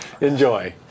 enjoy